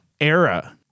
Era